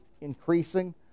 increasing